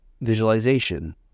Visualization